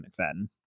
McFadden